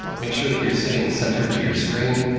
make sure that you're sitting centered to your screen,